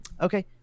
Okay